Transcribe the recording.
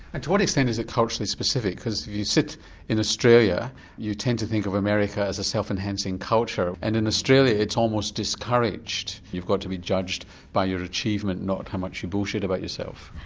and to what extent is it culturally specific, because if you sit in australia you tend to think of america as a self-enhancing culture and in australia it's almost discouraged, you've got to be judged by your achievement, not how much you bullshit about yourself.